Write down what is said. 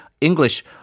English